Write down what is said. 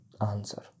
answer